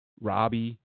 Robbie